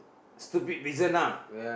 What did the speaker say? stupid reason ah